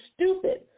stupid